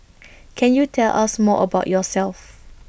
can you tell us more about yourself